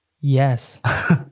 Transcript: yes